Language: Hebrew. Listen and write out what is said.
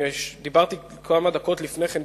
דיברתי כמה דקות לפני כן,